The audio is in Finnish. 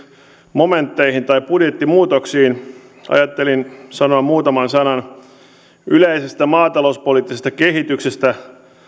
momentteihin tai budjettimuutoksiin vaan ajattelin sanoa muutaman sanan yleisestä maatalouspoliittisesta kehityksestä